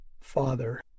Father